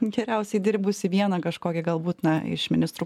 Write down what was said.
geriausiai dirbusį vieną kažkokį galbūt na iš ministrų